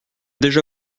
déjà